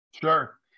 Sure